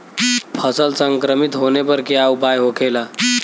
फसल संक्रमित होने पर क्या उपाय होखेला?